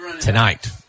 tonight